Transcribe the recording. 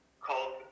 called